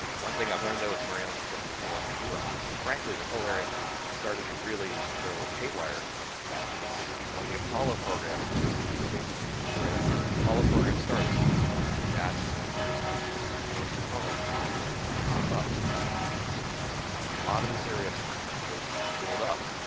one thing i've learned though it's merritt island is looking for a newer house and frankly this whole area started to really go haywire back in the sixty s when the apollo program because kennedy space center is just right up here when the apollo program started that's when we started to see the first homes pop-up. so, back in the sixty s and a lot of this area was built up.